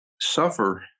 suffer